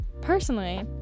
personally